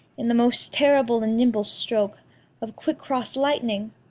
in the most terrible and nimble stroke of quick cross lightning?